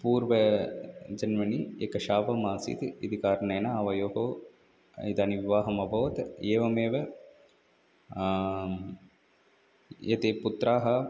पूर्व जन्मनि एकं शापम् आसीत् इति कारणेन आवयोः इदानीं विवाहः अभवत् एवमेव एते पुत्राः